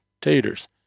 taters